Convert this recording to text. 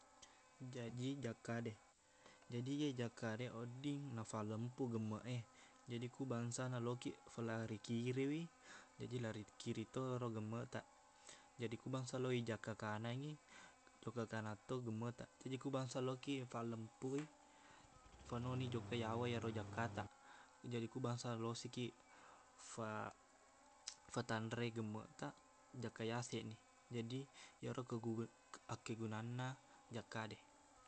Jaji jakkade jaji iye jakkade wedding nafalempuq gemmeq e jaji ku bangsana lokiq falari kiriwi jaji lari kirito ero gemmeqtaq jadi ku bangsa lo ijakka kanangngi jokka kananto gemmeqtaq jaji ku bangsa laokiq fallempuq i fanoni jokka yawa iyero jakkataq jaji ku bangsa losikiq fa- fatanre gemmeqtaq jakka yaseqni jadi iyero kegugel- akkegunanna jakkade